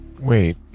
Wait